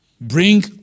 bring